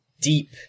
deep